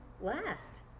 last